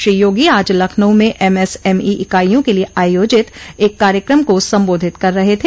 श्री योगो आज लखनऊ में एमएसएमई इकाइयों के लिये आयोजित एक कार्यक्रम को संबोधित कर रहे थे